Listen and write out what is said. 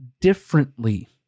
differently